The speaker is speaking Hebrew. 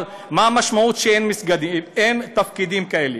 אבל מה המשמעות שאין תפקידים כאלה?